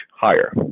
higher